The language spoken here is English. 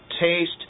taste